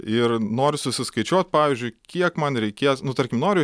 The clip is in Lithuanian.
ir noriu susiskaičiuot pavyzdžiui kiek man reikės nu tarkim noriu